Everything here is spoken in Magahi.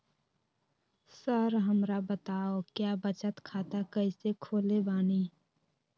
सर हमरा बताओ क्या बचत खाता कैसे खोले बानी?